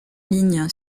ligne